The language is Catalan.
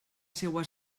seua